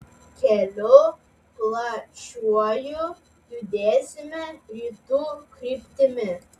keliu plačiuoju judėsime rytų kryptimi